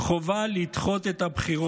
חובה לדחות את הבחירות,